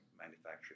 manufacturing